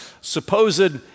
supposed